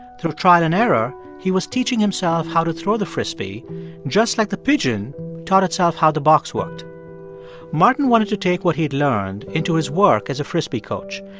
through trial and error, he was teaching himself how to throw the frisbee just like the pigeon taught itself how the box worked martin wanted to take what he'd learned into his work as a frisbee coach.